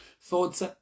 Thoughts